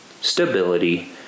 stability